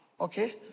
okay